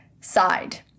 side